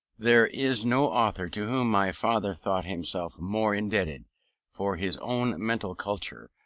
there is no author to whom my father thought himself more indebted for his own mental culture,